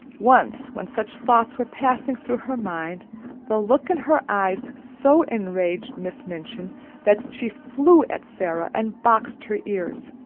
once when such thoughts were passing through her mind the look in her eyes so enraged miss minchin that she flew at sara and boxed her ears.